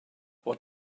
what